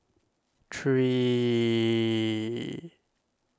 three